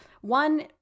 one